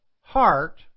heart